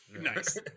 Nice